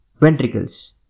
ventricles